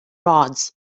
rods